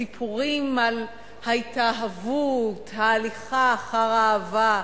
הסיפורים על ההתאהבות, ההליכה אחר האהבה.